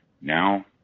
Now